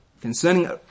concerning